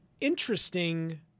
interesting